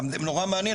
נורא מעניין,